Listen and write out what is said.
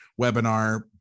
webinar